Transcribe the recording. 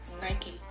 Nike